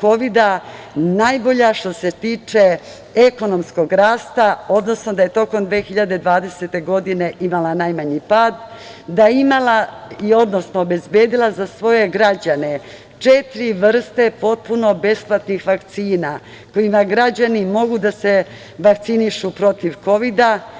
kovida najbolja što se tiče ekonomskog rasta, odnosno da je tokom 2020. godine imala najmanji pad, da je imala, odnosno obezbedila za svoje građane četiri vrste potpuno besplatnih vakcina, kojima građani mogu da se vakcinišu protiv kovida.